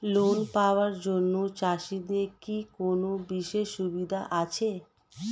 Loan পাওয়ার জন্য চাষিদের কি কোনো বিশেষ সুবিধা আছে?